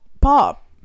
pop